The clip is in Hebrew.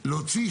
להוציא,